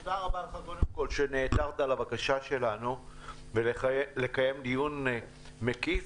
תודה רבה קודם כל שנעתרת לבקשה שלנו לקיים דיון מקיף.